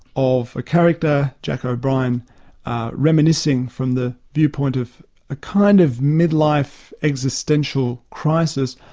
of a character jack o'brien reminiscing from the viewpoint of a kind of midlife existential crisis,